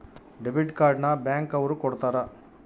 debit card ನ bank ಅವ್ರು ಕೊಡ್ತಾರ